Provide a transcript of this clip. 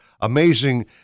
amazing –